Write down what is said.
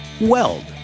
Weld